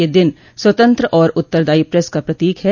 यह दिन स्वतंत्र और उत्तरदायी प्रेस का प्रतीक है